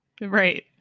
right